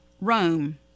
Rome